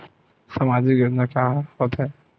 सामाजिक योजना का होथे?